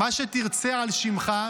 מה שתרצה על שימך.